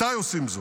מתי עושים זאת?